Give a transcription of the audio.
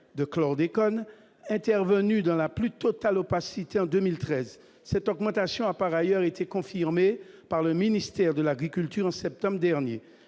de chlordécone intervenu dans la plus totale opacité en 2013 cette augmentation apparaît ailleurs été confirmée par le ministère de l'agriculture en septembre dernier,